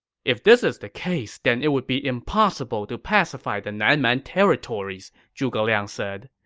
if this is the case, then it would be impossible to pacify the nan man territories, zhuge liang said.